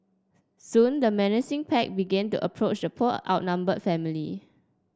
soon the menacing pack began to approach the poor outnumbered family